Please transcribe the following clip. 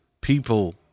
people